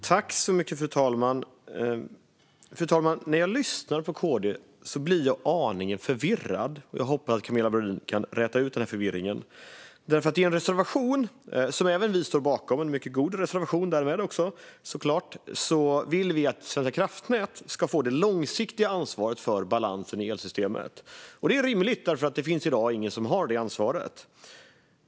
Fru talman! När jag lyssnar på Kristdemokraterna blir jag aningen förvirrad. Jag hoppas att Camilla Brodin kan räta ut frågetecknen. I en reservation - som vi står bakom, för det är en mycket god reservation - vill vi att Svenska kraftnät ska få det långsiktiga ansvaret för balansen i elsystemet. Det är rimligt, för i dag finns det ingen som har det ansvaret.